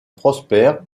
prospères